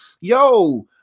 yo